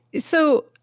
So-